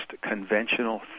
conventional